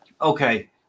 okay